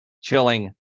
chilling